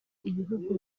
ibihugu